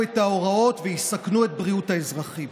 את ההוראות ויסכנו את בריאות האזרחים.